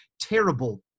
terrible